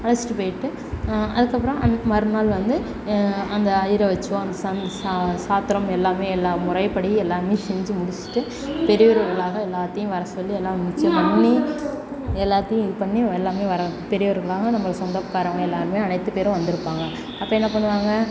அழைச்சிட்டு போய்ட்டு அதுக்கப்புறம் அந்த மறுநாள் வந்து அந்த ஐயரை வெச்சோ அந்த சாமி சா சாத்திரம் எல்லாமே எல்லாம் முறைப்படி எல்லாமே செஞ்சு முடிச்சுட்டு பெரியோர்களாக எல்லாத்தையும் வர சொல்லி எல்லாம் நிச்சயம் பண்ணி எல்லாத்தையும் இது பண்ணி எல்லாமே வர பெரியோர்களாக நம்மளை சொந்தக்காரங்களையோ எல்லோருமே அனைத்துப் பேரும் வந்திருப்பாங்க அப்போ என்ன பண்ணுவாங்க